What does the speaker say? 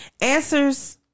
answers